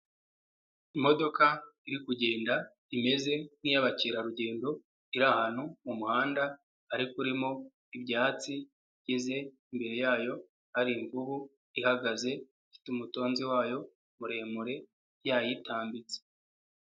Imodoka iri kugenda imeze nk'iyabakerarugendo iri ahantu mu muhanda ariko urimo ibyatsi, igeze imbere yayo hari imvubu ihagaze ifite umutonzi wayo muremure yayitambitse.